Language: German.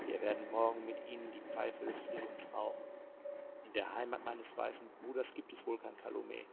wir werden morgen mit ihnen die pfeife des friedens rauchen in der heimat meines weißen bruders gibt es wohl kein calumet